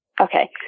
Okay